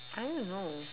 I don't know